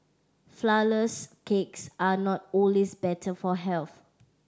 flourless cakes are not always better for health